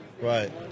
Right